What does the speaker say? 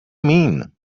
mean